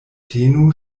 tenu